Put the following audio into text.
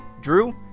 Drew